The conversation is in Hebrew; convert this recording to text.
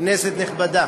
כנסת נכבדה,